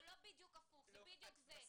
זה לא בדיוק הפוך זה בדיוק זה.